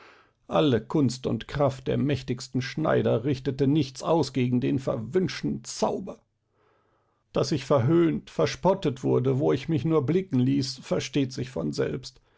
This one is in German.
alle kunst und kraft der mächtigsten schneider richtete nichts aus gegen den verwünschten zauber daß ich verhöhnt verspottet wurde wo ich mich nur blicken ließ versteht sich von selbst